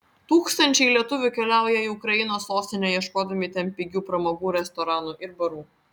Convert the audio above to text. tūkstančiai lietuvių keliaują į ukrainos sostinę ieškodami ten pigių pramogų restoranų ir barų